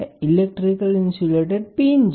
તેને electrical insulated pin કહે છે